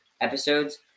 episodes